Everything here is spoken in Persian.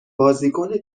بازیکن